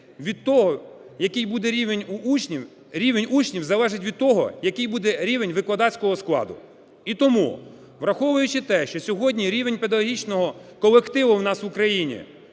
від того, який буде рівень у учнів, рівень учнів залежить від того, який буде рівень викладацького складу. І тому, враховуючи те, що сьогодні рівень педагогічного колективу у нас в Україні